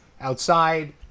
outside